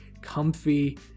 comfy